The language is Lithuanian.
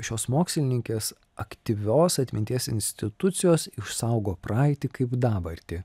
šios mokslininkės aktyvios atminties institucijos išsaugo praeitį kaip dabartį